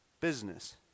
business